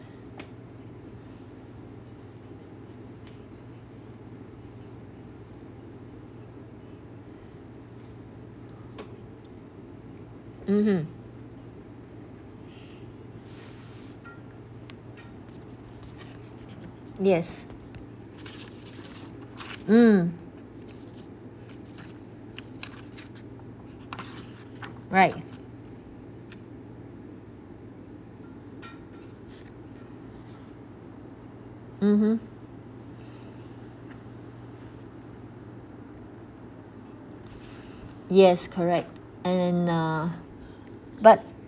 mmhmm yes mm right mmhmm yes correct and uh but